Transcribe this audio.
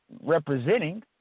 representing